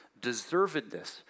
deservedness